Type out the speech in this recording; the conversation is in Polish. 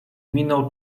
miną